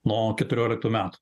nuo keturioliktų metų